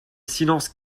silence